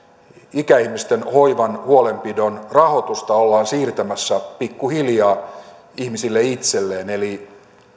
ikäihmisten hoivan huolenpidon rahoitusta ollaan siirtämässä pikkuhiljaa ihmisille itselleen eli